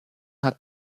hat